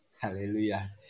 hallelujah